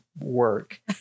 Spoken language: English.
work